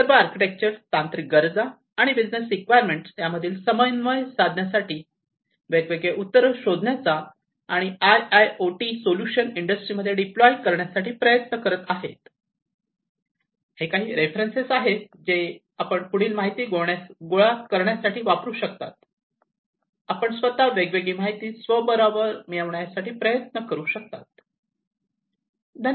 हे सर्व आर्किटेक्चर तांत्रिक गरजा आणि बिजनेस रिक्वायरमेंट यामध्ये समन्वय साधण्यासाठी वेगवेगळे उत्तरं शोधण्याचा आणि I I O T solution इंडस्ट्रीमध्ये डिप्लोय करण्यासाठी प्रयत्न करत आहेत हे काही रेफरन्सेस आहेत जे आपण पुढील माहिती गोळा करण्यासाठी वापरू शकता आपण स्वतः वेग वेगळी माहिती स्वबळावर मिळविण्यासाठी प्रयत्न करू शकता